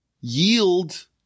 yield